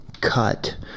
cut